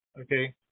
Okay